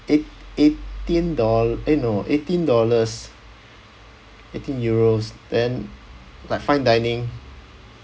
eight eighteen doll~ eh no eighteen dollars eighteen euros then like fine dining